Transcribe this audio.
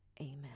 Amen